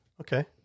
Okay